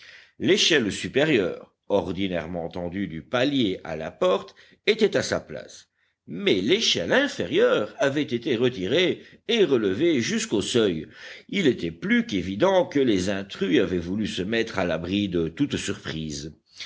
l'échelle supérieure ordinairement tendue du palier à la porte était à sa place mais l'échelle inférieure avait été retirée et relevée jusqu'au seuil il était plus qu'évident que les intrus avaient voulu se mettre à l'abri de toute surprise